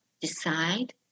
decide